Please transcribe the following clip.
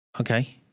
Okay